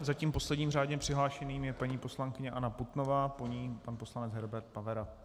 Zatím posledním řádně přihlášeným je paní poslankyně Anna Putnová, po ní pan poslanec Herbert Pavera.